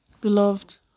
Beloved